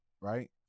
right